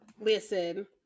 listen